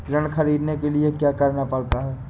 ऋण ख़रीदने के लिए क्या करना पड़ता है?